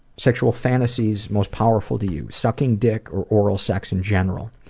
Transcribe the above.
sexual fantasies most powerful to you? sucking dick or oral sex in general.